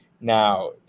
now